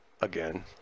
Again